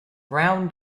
brown